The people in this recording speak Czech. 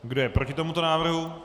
Kdo je proti tomuto návrhu?